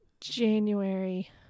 January